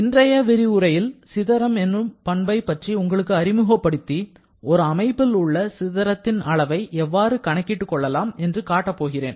இன்றைய விரிவுரையில் சிதறம் என்ற பண்பை பற்றி உங்களுக்கு அறிமுகப்படுத்திஒரு அமைப்பில் உள்ள சிதறத்தின் அளவை எவ்வாறு கணக்கிட்டு கொள்ளலாம் என்று காட்டப் போகிறேன்